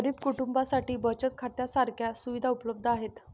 गरीब कुटुंबांसाठी बचत खात्या सारख्या सुविधा उपलब्ध आहेत